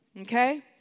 Okay